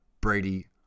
Brady